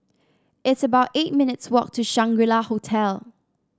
it's about eight minutes' walk to Shangri La Hotel